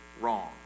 wrong